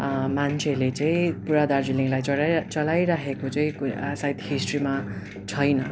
मान्छेले चाहिँ पुरा दार्जिलिङलाई चलाइ चलाइराखेको चाहिँ कोही सायद हिस्ट्रीमा छैन